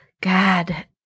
God